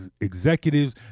executives